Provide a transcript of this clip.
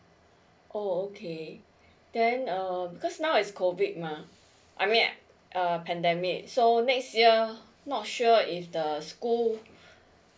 oh okay then um because now is C O V I D mah I mean err pandemic so next year not sure if the school